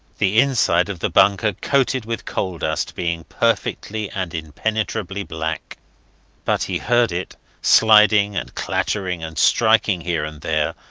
the inside of the bunker coated with coal-dust being perfectly and impenetrably black but he heard it sliding and clattering, and striking here and there,